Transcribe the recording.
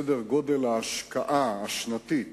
סדר-גודל ההשקעה השנתית